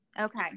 Okay